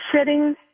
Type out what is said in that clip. sitting